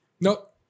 Nope